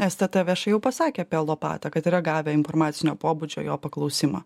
stt viešai jau pasakė apie lopatą kad yra gavę informacinio pobūdžio jo paklausimą